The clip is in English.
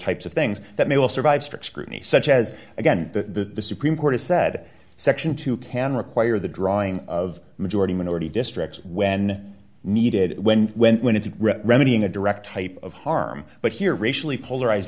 types of things that may well survive strict scrutiny such as again the supreme court has said section two can require the drawing of majority minority districts when needed when when when it's a remedy in a direct type of harm but here racially polarized